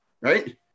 Right